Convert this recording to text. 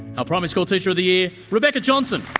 ah primary school teacher of the year, rebecca johnson.